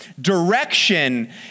direction